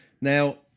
Now